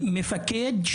מפקד,